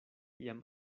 jam